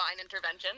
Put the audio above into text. intervention